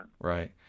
Right